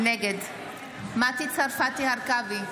נגד מטי צרפתי הרכבי,